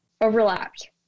overlapped